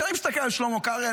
כשאני מסתכל על שלמה קרעי,